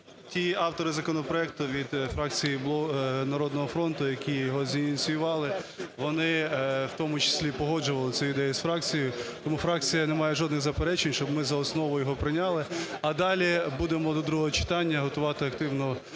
ті автори законопроекту від фракції "Народного фронту", які його зініціювали, вони, в тому числі, погоджували цю ідею з фракцією. Тому фракція не має жодних заперечень, щоб ми за основу його прийняли. А далі будемо до другого читання готувати активно своє